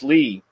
Lee